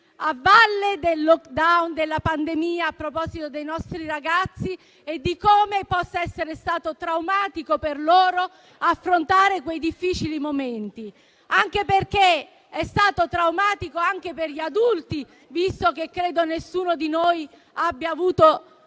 a valle del *lockdown* e della pandemia a proposito dei nostri ragazzi e di come possa essere stato traumatico per loro affrontare quei difficili momenti. Ricordo che è stato traumatico anche per gli adulti, in quanto credo nessuno di noi abbia ricordo